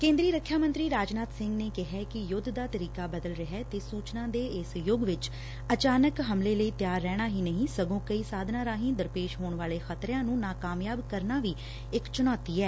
ਕੇਦਰੀ ਰੱਖਿਆ ਮੰਤਰੀ ਰਾਜਨਾਬ ਸਿੰਘ ਨੇ ਕਿਹੈ ਕਿ ਯੁੱਧ ਦਾ ਤਰੀਕਾ ਬਦਲ ਰਿਹੈ ਤੇ ਸੁਚਨਾ ਦੇ ਇਸ ਯੁੱਗ ਚ ਅਚਾਨਕ ਹਮਲੇ ਲਈ ਤਿਆਰ ਰਹਿਣਾ ਹੀ ਨਹੀ ਸਗੋ ਕਈ ਸਾਧਨਾ ਰਾਹੀ ਦਰਪੇਸ਼ ਹੋਣ ਵਾਲੇ ਖਤਰਿਆਂ ਨੂੰ ਨਾਕਾਮਯਾਬ ਕਰਨਾ ਵੀ ਇਕ ਚੁਣੋਤੀ ਐ